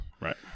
Right